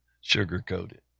Sugar-coated